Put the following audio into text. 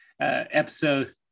episode